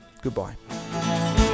goodbye